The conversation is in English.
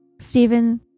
Stephen